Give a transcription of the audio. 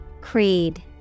Creed